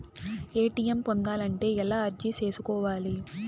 ATM పొందాలంటే ఎలా అర్జీ సేసుకోవాలి?